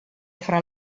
fra